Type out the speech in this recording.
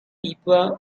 people